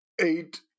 eight